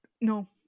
no